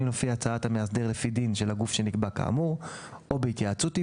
לפי הצעת המאסדר לפי דין של הגוף שנקבע כאמור או בהתייעצות עימו,